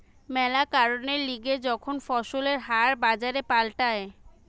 ম্যালা কারণের লিগে যখন ফসলের হার বাজারে পাল্টায়